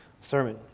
sermon